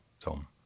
Tom